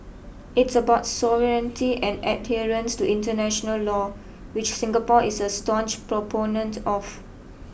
it's about sovereignty and adherence to international law which Singapore is a staunch proponent of